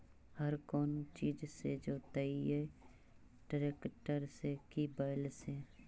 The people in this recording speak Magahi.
हर कौन चीज से जोतइयै टरेकटर से कि बैल से?